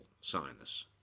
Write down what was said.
sinus